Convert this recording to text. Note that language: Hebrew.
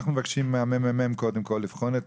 אנחנו מבקשים מהממ"מ קודם כל לבחון את